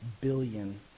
billion